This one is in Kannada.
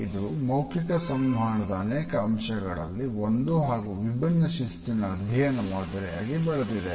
ಇದು ಮೌಖಿಕ ಸಂವಹನದ ಅನೇಕ ಅಂಶಗಳಲ್ಲಿ ಒಂದು ಹಾಗೂ ವಿಭಿನ್ನ ಶಿಸ್ತಿನ ಅಧ್ಯಯನ ಮಾದರಿಯಾಗಿ ಬೆಳೆದಿದೆ